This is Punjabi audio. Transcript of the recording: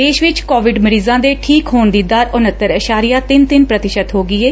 ਦੇਸ਼ ਵਿਚ ਕੋਵਿਡ ਮਰੀਜ਼ਾਂ ਦੇ ਠੀਕ ਹੋਣ ਦੀ ਦਰ ਉਨੱਤਰ ਇਸ਼ਾਰਿਆ ਤਿੰਨ ਤਿੰਨ ਪ੍ਰਤੀਸ਼ਤ ਹੋ ਗਈ ਏ